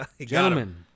gentlemen